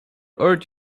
earth